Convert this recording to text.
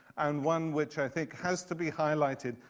and one which i think has to be highlighted.